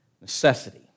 necessity